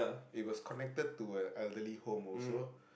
it was connected to a elderly home also